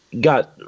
got